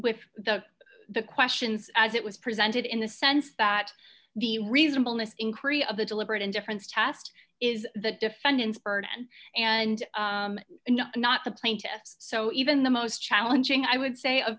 with the the questions as it was presented in the sense that the reasonableness in korea of the deliberate indifference test is the defendant's burden and not the plaintiffs so even the most challenging i would say